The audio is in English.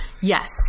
Yes